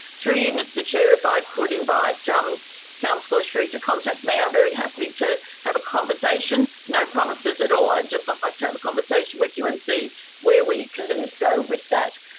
through you mr chair, if i could invite um councillor sri to contact me, i'm very happy to have a conversation. no promises at all, i'd just ah like to have a conversation with you and see where we can go with that.